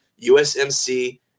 USMC